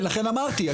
לכן אמרתי,